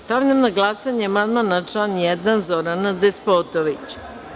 Stavljam na glasanje amandman na član 1. Zorana Despotovića.